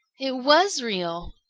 it was real!